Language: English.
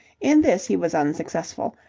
in this he was unsuccessful,